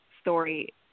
story